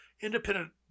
independent